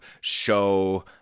show